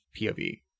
POV